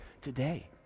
today